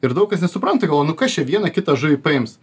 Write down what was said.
ir daug kas nesupranta galvoja nu kas čia vieną kitą žuvį paims